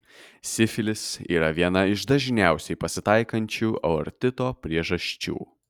sifilis yra viena iš dažniausiai pasitaikančių aortito priežasčių